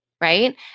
right